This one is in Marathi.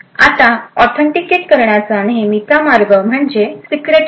आता ऑथेंटिकेट करण्याचा नेहमीचा मार्ग म्हणजे सिक्रेट की